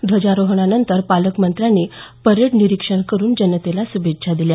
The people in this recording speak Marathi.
ध्वजारोहणानंतर पालकमंत्र्यांनी परेड निरीक्षण करून जनतेला श्भेच्छा दिल्या